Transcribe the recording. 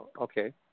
Okay